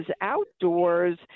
outdoors